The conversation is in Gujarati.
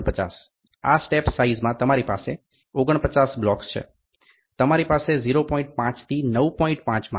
49 આ સ્ટેપ સાઈઝમાં તમારી પાસે 49 બ્લોક છે તમારી પાસે 0